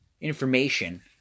information